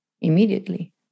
immediately